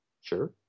Sure